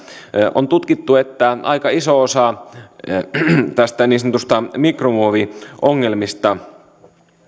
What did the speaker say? on tutkittu että aika iso osa niin sanotuista mikromuoviongelmista